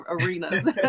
arenas